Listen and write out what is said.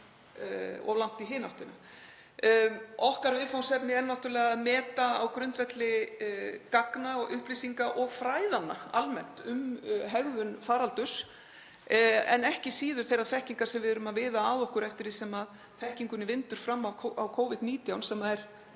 of langt í hina áttina. Okkar viðfangsefni er náttúrlega að meta þetta á grundvelli gagna og upplýsinga og fræðanna almennt um hegðun faraldurs, en ekki síður þeirrar þekkingar sem við erum að viða að okkur eftir því sem þekkingunni vindur fram á Covid-19, sem er